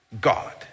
God